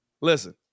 listen